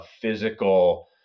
physical